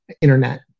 internet